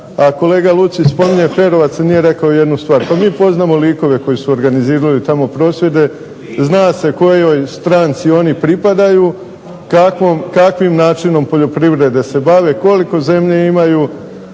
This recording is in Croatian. a kolega Lucić spominje Ferovac, nije rekao jednu stvar. Pa mi poznamo likove koji su organizirali tamo prosvjede, zna se kojoj stranci oni pripadaju, kakvim načinom poljoprivrede se bave, koliko zemlje imaju